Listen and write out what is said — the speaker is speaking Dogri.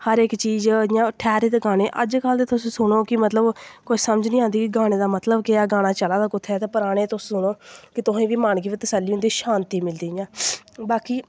हर इक चीज़ इ'यां ठैहरे दे गानें अजकल्ल ते सुनो ते कोई समझ निं आंदी गाने दा मतलब केह् ऐ गाना चला दा कुत्थै ऐ ते पराने तुस सुनो मन गी बी तसल्ली होंदी शांति मिलदी इ'यां बाकी